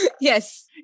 Yes